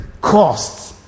costs